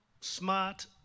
Smart